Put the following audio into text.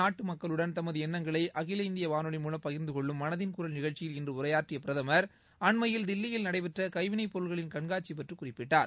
நாட்டு மக்களுடன் தமது எண்ணங்களை அகில இந்திய வானொலி மூலம் பகிர்ந்தகொள்ளும் மனதின் குரல் நிகழ்ச்சியில் இன்று உரையாற்றிய பிரதமா் அண்மையில் தில்லியில் நடைபெற்ற உகைவினைப் பொருட்களின் கண்காட்சி பற்றி குறிப்பிட்டார்